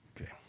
Okay